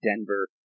Denver